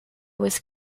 was